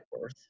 worth